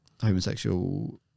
homosexual